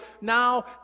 Now